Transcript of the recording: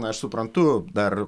aš suprantu dar